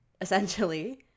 essentially